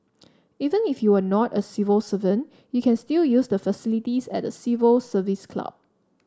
even if you are not a civil servant you can still use the facilities at the Civil Service Club